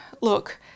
look